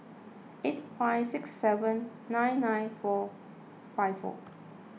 eight five six seven nine nine four five four